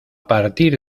partir